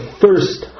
first